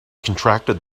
contracted